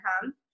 come